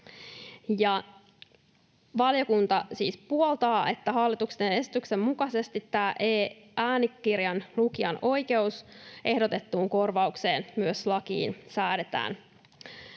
Valiokunta siis puoltaa, että hallituksen esityksen mukaisesti tämä e-äänikirjan lukijan oikeus ehdotettuun korvaukseen myös lakiin säädetään.